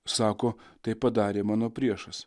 sako tai padarė mano priešas